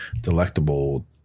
delectable